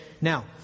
Now